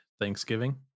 Thanksgiving